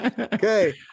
okay